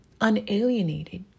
unalienated